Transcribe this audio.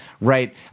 right